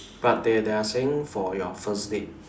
but they they're saying for your first date